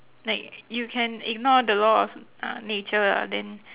like you can ignore the law of uh nature uh then